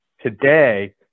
today